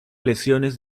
lesiones